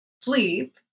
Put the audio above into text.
sleep